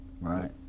Right